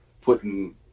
putting